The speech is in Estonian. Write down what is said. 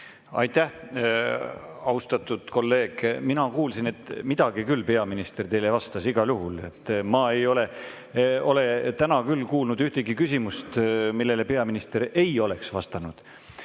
Aitäh, austatud kolleeg! Mina kuulsin, et peaminister midagi teile küll vastas, igal juhul. Ma ei ole täna kuulnud ühtegi küsimust, millele peaminister ei oleks vastanud.